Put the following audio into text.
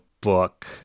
book